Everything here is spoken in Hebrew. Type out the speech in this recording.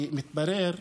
התברר,